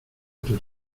tus